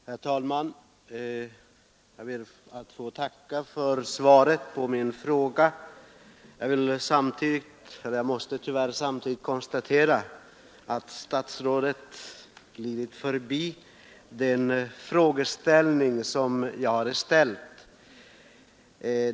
Herr talman! Jag ber att få tacka för svaret på min fråga. Jag måste tyvärr samtidigt konstatera att statsrådet glidit förbi själva frågeställningen.